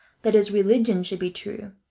that his religion should be true,